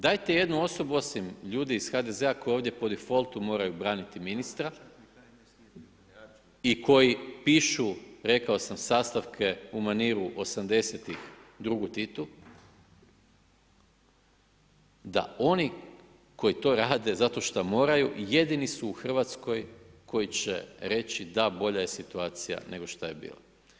Dajte jednu osobu osim ljudi iz HDZ-a koji ovdje po defaultu moraju braniti ministra i koji pišu rekao sam, sastavke u maniru 80-ih, drugu Titu da oni koji to rade zašto šta moraju, jedini su u Hrvatskoj koji će reći da, bolja je situacija nego šta je bila.